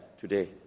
today